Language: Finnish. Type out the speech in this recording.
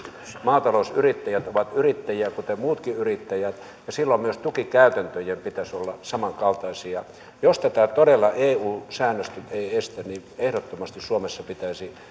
maatalousyrittäjät ovat yrittäjiä kuten muutkin yrittäjät ja silloin myös tukikäytäntöjen pitäisi olla samankaltaisia jos tätä todella eu säännökset eivät estä niin ehdottomasti suomessa pitäisi